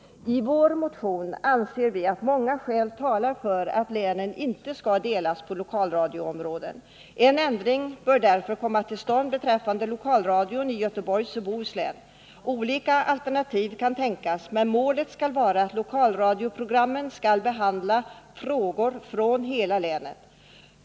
I vår motion har vi anfört att vi anser att många skäl talar för att länen inte skall delas på lokalradioområden. En ändring bör därför komma till stånd beträffande lokalradion i Göteborgs och Bohus län. Olika alternativ kan tänkas, men målet skall vara att lokalradioprogrammen skall behandla frågor från hela länet.